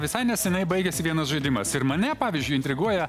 visai neseniai baigėsi vienas žaidimas ir mane pavyzdžiui intriguoja